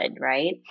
Right